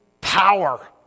power